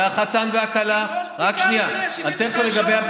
בדיקה 72 שעות,